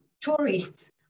tourists